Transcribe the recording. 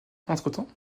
entretemps